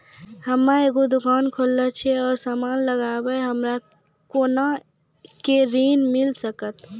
हम्मे एगो दुकान खोलने छी और समान लगैबै हमरा कोना के ऋण मिल सकत?